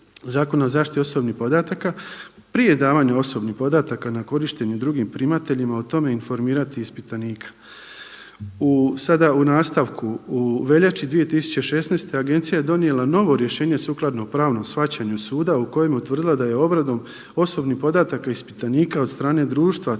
Zakona o zaštiti osobnih podataka prije davanja osobnih podataka na korištenje drugim primateljima o tome informirati ispitanika. Sada u nastavku u veljači 2016., agencija je donijela novo rješenje sukladno pravnom shvaćanju suda u kojem je utvrdila da je obradom osobnih podataka ispitanika od strane društva